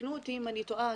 תקנו אותי אם אני טועה.